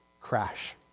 crash